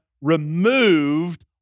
removed